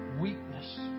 weakness